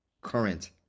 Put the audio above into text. current